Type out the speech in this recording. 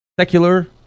Secular